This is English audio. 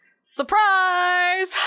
surprise